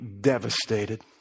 devastated